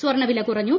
സ്വർണ്ണവില കുറഞ്ഞു